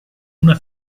una